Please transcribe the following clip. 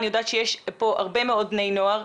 אני יודעת שיש פה הרבה מאוד בני נוער.